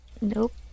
Nope